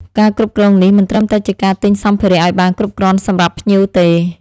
ការគ្រប់គ្រងនេះមិនត្រឹមតែជាការទិញសំភារៈឲ្យបានគ្រប់គ្រាន់សម្រាប់ភ្ញៀវទេ